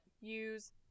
use